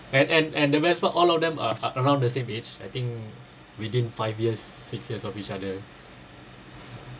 and and and the best part all of them are around the same age I think within five years six years of each other